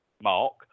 mark